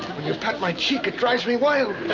when you pat my cheek it drives me wild.